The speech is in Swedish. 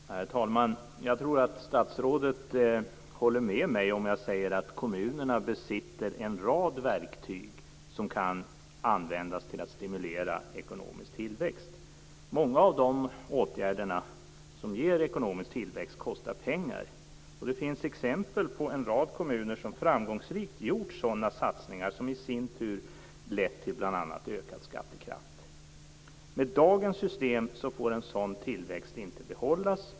Herr talman! Jag tror att statsrådet håller med mig om jag säger att kommunerna besitter en rad verktyg som kan användas till att stimulera ekonomisk tillväxt. Många av de åtgärder som ger ekonomisk tillväxt kostar pengar. Det finns en rad exempel på kommuner som framgångsrikt gjort sådana satsningar vilka i sin tur lett till bl.a. ökad skattekraft. Med dagens system får en sådan tillväxt inte behållas.